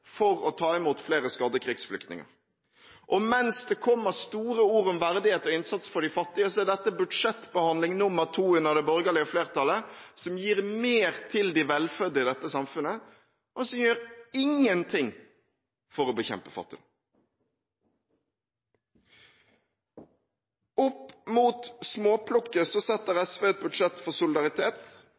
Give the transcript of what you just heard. for å ta imot flere skadde krigsflyktninger. Mens det kommer store ord om verdighet og innsats for de fattige, er dette budsjettbehandling nummer to under det borgerlige flertallet som gir mer til de velfødde i dette samfunnet, og som ikke gjør noe for å bekjempe fattigdom. Opp mot småplukket setter SV et budsjett for solidaritet,